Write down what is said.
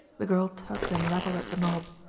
the girl tugged and rattled at the knob.